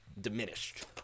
diminished